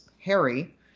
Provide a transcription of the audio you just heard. Harry